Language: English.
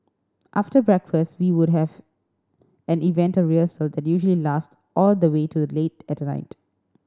after breakfast we would have an event or rehearsal that usually last all the way to late at night